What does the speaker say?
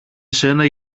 εσένα